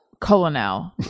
Colonel